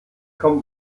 kommt